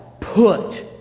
put